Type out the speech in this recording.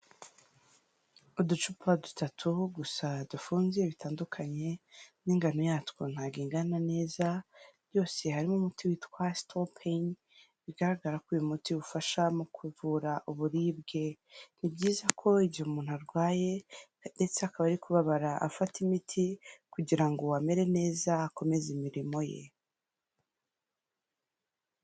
Uducupa dutatu gusa dufunze bitandukanye n'ingano yatwo ntabwo ingana neza byose harimo umuti witwa stopin bigaragara ko uyu muti ubufasha mu kuvura uburibwe ni byiza ko igihe umuntu arwaye ndetse akaba ari kubabara afata imiti kugira ngo amere neza akomeze imirimo ye.